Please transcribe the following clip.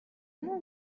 more